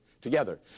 Together